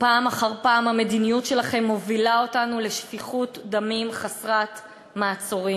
פעם אחר פעם המדיניות שלכם מובילה אותנו לשפיכות דמים חסרת מעצורים.